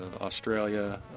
Australia